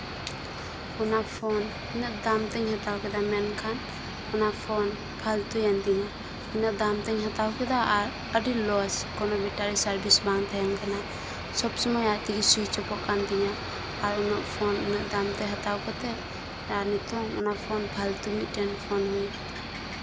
ᱚᱱᱟ ᱯᱷᱳᱱ ᱩᱱᱟᱹᱜ ᱫᱟᱢ ᱛᱮᱧ ᱦᱟᱛᱟᱣ ᱠᱮᱫᱟ ᱢᱮᱱᱠᱷᱟᱱ ᱚᱱᱟ ᱯᱷᱳᱱ ᱯᱷᱟᱞᱛᱩ ᱮᱱ ᱛᱤᱧᱟᱹ ᱤᱱᱟᱹᱜ ᱫᱟᱢ ᱛᱤᱧ ᱦᱟᱛᱟᱣ ᱠᱮᱫᱟ ᱟᱨ ᱟᱹᱰᱤ ᱞᱚᱥ ᱠᱳᱱᱳ ᱵᱮᱴᱟᱨᱤ ᱥᱟᱨᱵᱷᱤᱥ ᱵᱟᱝ ᱛᱟᱸᱦᱮᱱ ᱠᱟᱱᱟ ᱥᱚᱵ ᱥᱚᱢᱚᱭ ᱟᱡ ᱛᱮᱜᱮ ᱥᱩᱭᱤᱪ ᱚᱯᱷ ᱚᱜ ᱠᱟᱱ ᱛᱤᱧᱟᱹ ᱟᱨ ᱯᱷᱳᱱ ᱩᱱᱟᱹᱜ ᱫᱟᱢ ᱛᱮ ᱦᱟᱛᱟᱣ ᱠᱟᱛᱮᱜ ᱱᱤᱛᱚᱝ ᱚᱱᱟ ᱯᱷᱳᱱ ᱯᱷᱟᱞᱛᱩ ᱢᱤᱫᱴᱮᱱ ᱯᱷᱳᱱ ᱦᱩᱭ